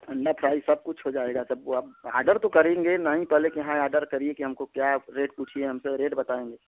अंडा फ्राई सब कुछ हो जाएगा सब वो आप ऑर्डर तो करेंगे न ही पहले कि हाँ ऑर्डर करिए की हमको क्या आप रेट पूछिए हमसे रेट बताएँगे